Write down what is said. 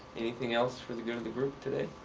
anything else for the good of the group today?